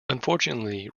unfortunately